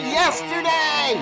yesterday